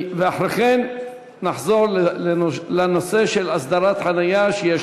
אחרי כן נחזור לנושא: הסדר חניה ותשלום בכניסה לחופי קיסריה,